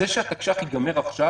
זה שהתקש"ח ייגמר עכשיו,